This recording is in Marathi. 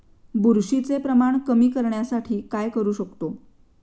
बुरशीचे प्रमाण कमी करण्यासाठी काय करू शकतो?